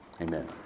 Amen